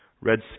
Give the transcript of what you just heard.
red